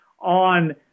on